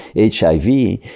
HIV